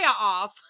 off